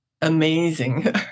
amazing